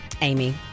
Amy